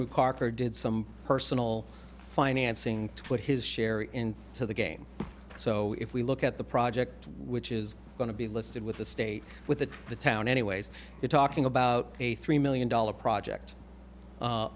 mcarthur did some personal financing to put his share in to the game so if we look at the project which is going to be listed with the state with the town anyways you're talking about a three million dollars project